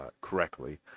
correctly